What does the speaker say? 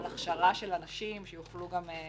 על הכשרה של אנשים שיושבים מול לקוחות.